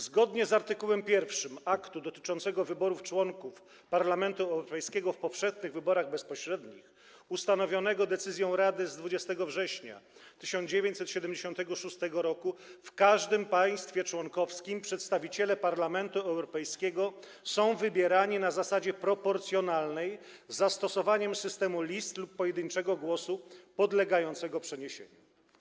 Zgodnie z art. 1 aktu dotyczącego wyborów członków Parlamentu Europejskiego w powszechnych wyborach bezpośrednich, ustanowionego decyzją Rady z 20 września 1976 r., w każdym państwie członkowskim przedstawiciele Parlamentu Europejskiego są wybierani na zasadzie proporcjonalnej z zastosowaniem systemu list lub pojedynczego głosu podlegającego przeniesieniu.